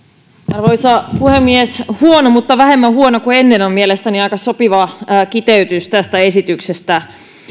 arvoisa puhemies huono mutta vähemmän huono kuin ennen on mielestäni aika sopiva kiteytys tästä esityksestä